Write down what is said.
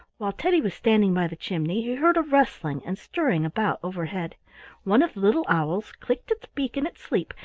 while teddy was standing by the chimney, he heard a rustling and stirring about overhead one of the little owls clicked its beak in its sleep,